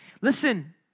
Listen